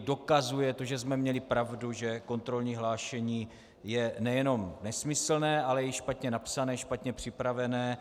Dokazuje to, že jsme měli pravdu, že kontrolní hlášení je nejenom nesmyslné, ale i špatně napsané, špatně připravené.